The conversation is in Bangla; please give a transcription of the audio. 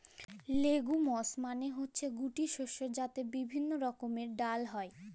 লেগুমস মালে হচ্যে গুটি শস্য যাতে বিভিল্য রকমের ডাল হ্যয়